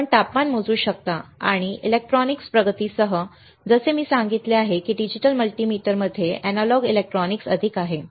आपण तापमान मोजू शकता आणि इलेक्ट्रॉनिक्सच्या प्रगतीसह जसे मी सांगितले आहे की डिजिटल मल्टीमीटरमध्ये एनालॉग इलेक्ट्रॉनिक्स अधिक आहे